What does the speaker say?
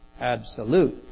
absolute